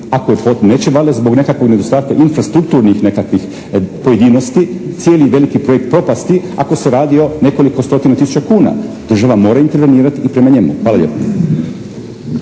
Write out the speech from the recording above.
potrebno. Neće valjda zbog nekakvog nedostatka infrastrukturnih nekakvih pojedinosti cijeli veliki projekt propasti ako se radi o nekoliko stotina tisuća kuna, država mora intervenirati i prema njemu. Hvala lijepo.